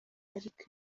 ariko